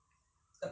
饭团